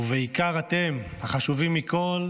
ובעיקר אתם, החשובים מכול,